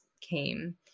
came